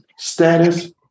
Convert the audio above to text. status